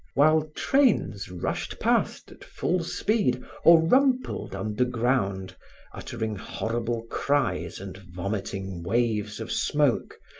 while trains rushed past at full speed or rumpled underground uttering horrible cries and vomiting waves of smoke,